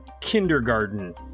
kindergarten